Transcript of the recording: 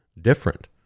different